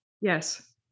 Yes